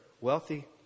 wealthy